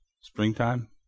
Springtime